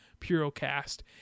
PuroCast